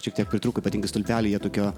šiek tiek pritrūko patinka stulpelyje tokio